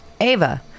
Ava